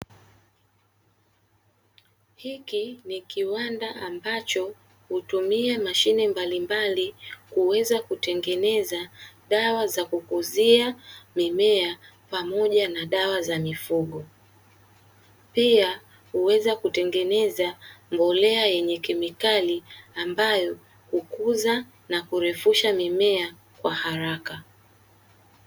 Hiki ni kiwanda ambacho hutumia mashine mbalimbali, kuweza kutengeneza dawa za kukuzia mimea pamoja na dawa za mifugo. Pia huweza kutengeneza mbolea yenye kemikali ambayo hukuza na kurefusha mimea kwa haraka.